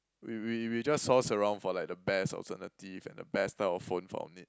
we we we just source around for like the best alternative and the best type of phone for our need